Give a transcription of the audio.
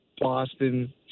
Boston